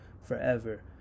forever